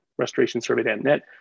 restorationsurvey.net